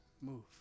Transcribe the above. move